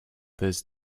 this